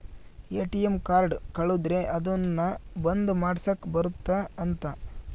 ATM card ಕಳುದ್ರೆ ಅದುನ್ನ ಬಂದ್ ಮಾಡ್ಸಕ್ ಬರುತ್ತ ಅಂತ